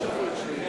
טוב.